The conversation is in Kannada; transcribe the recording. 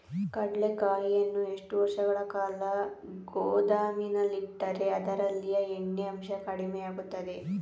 ಕಡ್ಲೆಕಾಯಿಯನ್ನು ಎಷ್ಟು ವರ್ಷಗಳ ಕಾಲ ಗೋದಾಮಿನಲ್ಲಿಟ್ಟರೆ ಅದರಲ್ಲಿಯ ಎಣ್ಣೆ ಅಂಶ ಕಡಿಮೆ ಆಗುತ್ತದೆ?